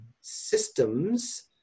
systems